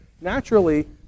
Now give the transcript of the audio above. Naturally